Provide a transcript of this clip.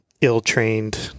ill-trained